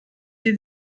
die